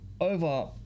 Over